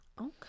okay